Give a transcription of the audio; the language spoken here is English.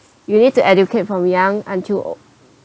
you need to educate from young until old